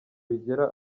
bigera